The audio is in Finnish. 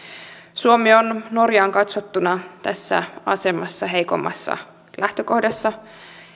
suomi on norjaan katsottuna tässä heikommassa lähtökohdassa